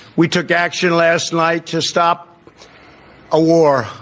we took action last night to stop a war.